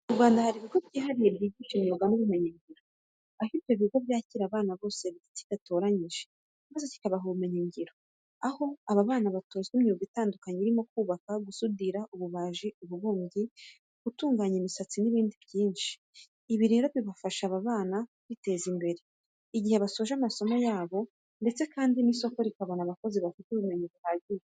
Mu Rwanda hari ibigo byihariye byigisha imyuga n'ubumenyingiro, aho ibyo bigo byakira abana bose kidatoranyije maze kikabaha ubumenyingiro. Aha abo bana batozwa imyuga itandukanye irimo kubaka, gusudira, ububaji, ububumbyi, gutunganya imisatsi n'iyindi myinshi. Ibi rero bifasha ba bana kwiteza imbere igihe basoje amasomo yabo ndetse kandi n'isoko rikabona abakozi bafite ubumenyi buhagije.